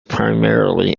primarily